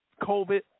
COVID